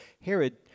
Herod